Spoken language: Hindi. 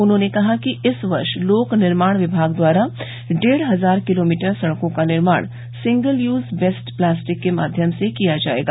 उन्होंने कहा कि इस वर्ष लोक निर्माण विभाग द्वारा डेढ़ हजार किलोमीटर सड़कों का निर्माण सिंगल यूज बेस्ट प्लास्टिक के माध्यम से किया जायेगा